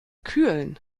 kühlen